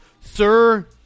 sir